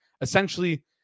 essentially